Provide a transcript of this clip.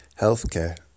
healthcare